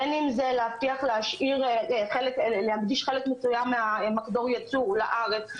בין אם זה להבטיח להקדיש חלק מסוים ממחזור הייצור לארץ,